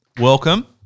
Welcome